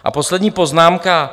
A poslední poznámka.